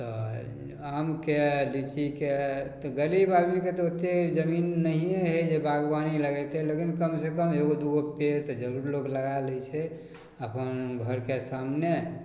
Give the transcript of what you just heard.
तऽ आमके लिच्चीके तऽ गरीब आदमीके तऽ ओतेक जमीन नहिए हइ जे बागवानी लगेतै लेकिन कमसँ कम एगो दुइगो पेड़ तऽ जरूर लोक लगा लै छै अपन घरके सामने